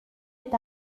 est